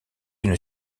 une